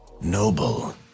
Noble